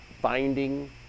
finding